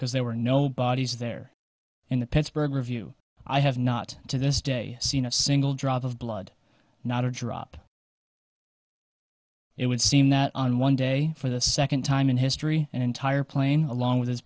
because there were no bodies there in the pittsburgh review i have not to this day seen a single drop of blood not a drop it would seem that on one day for the second time in history an entire plane along with his